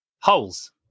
holes